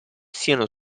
siano